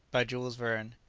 by jules verne.